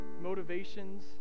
motivations